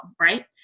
right